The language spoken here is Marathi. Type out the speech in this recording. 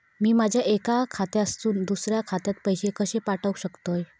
मी माझ्या एक्या खात्यासून दुसऱ्या खात्यात पैसे कशे पाठउक शकतय?